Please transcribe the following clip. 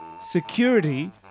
Security